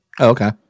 Okay